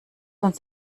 uns